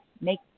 make